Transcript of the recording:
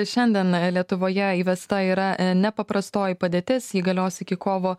šiandien lietuvoje įvesta yra nepaprastoji padėtis ji galios iki kovo